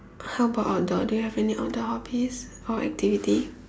how about outdoor do you have any outdoor hobbies or activity